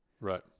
Right